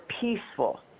peaceful